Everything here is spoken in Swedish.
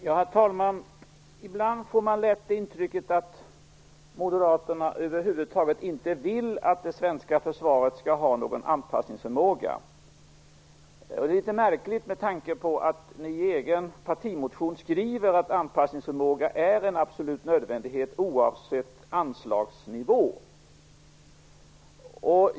Herr talman! Ibland får man lätt det intrycket att Moderaterna över huvud taget inte vill att det svenska försvaret skall ha någon anpassningsförmåga. Det är litet märkligt med tanke på att ni i er egen partimotion skriver att anpassningsförmåga är en absolut nödvändighet, oavsett anslagsnivå.